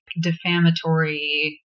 defamatory